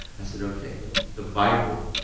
i said, okay, but the bible,